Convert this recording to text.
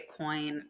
Bitcoin